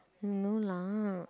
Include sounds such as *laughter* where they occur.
*noise* no lah